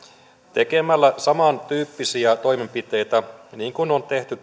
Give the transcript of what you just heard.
tekemällä samantyyppisiä toimenpiteitä kuin on tehty